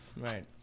Right